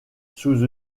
sous